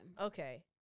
Okay